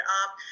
up